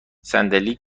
صندلی